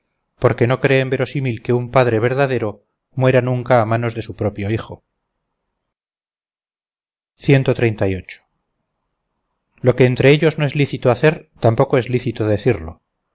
porque no creen verosímil que un padre verdadero muera nunca a manos de su propio hijo lo que entre ellos no es lícito hacer tampoco es lícito decirlo